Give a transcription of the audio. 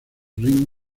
rin